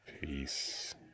Peace